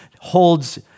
holds